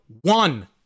one